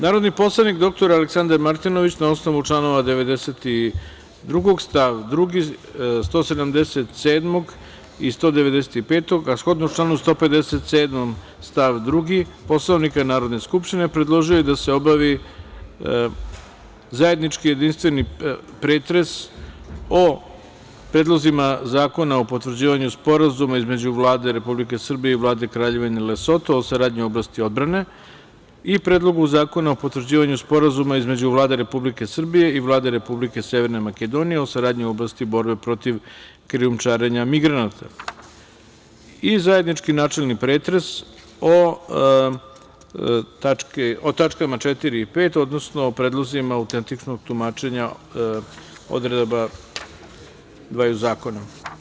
Narodni poslanik dr Aleksandar Martinović, na osnovu članova 92. stav 2, 177. i 195, a shodno članu 157. stav 2. Poslovnika Narodne skupštine, predložio je da se obavi: 1. zajednički jedinstveni pretres o: Predlogu zakona o potvrđivanju Sporazuma između Vlade Republike Srbije i Vlade Kraljevine Lesoto o saradnji u oblasti odbrane i Predlogu zakona o potvrđivanju Sporazuma između Vlade Republike Srbije i Vlade Republike Severne Makedonije o saradnji u oblasti borbe protiv krijumčarenja migranata; 2. zajednički načelni pretres o tačkama 4. i 5, odnosno o predlozima autentičnog tumačenja odredaba dva zakona.